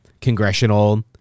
congressional